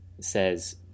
says